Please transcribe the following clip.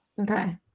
Okay